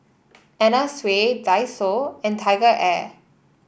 Anna Sui Daiso and TigerAir